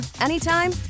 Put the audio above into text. anytime